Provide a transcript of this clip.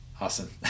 Awesome